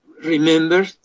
remember